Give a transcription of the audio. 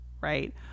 right